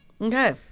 Okay